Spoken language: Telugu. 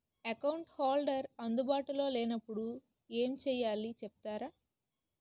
అకౌంట్ హోల్డర్ అందు బాటులో లే నప్పుడు ఎం చేయాలి చెప్తారా?